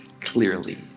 clearly